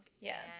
Yes